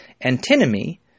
antinomy